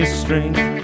strength